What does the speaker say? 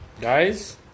Guys